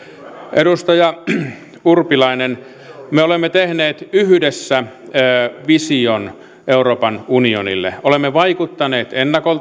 edustaja urpilainen me olemme tehneet yhdessä vision euroopan unionille olemme vaikuttaneet ennakolta